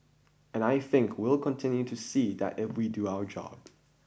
and I think we'll continue to see that if we do our job